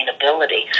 sustainability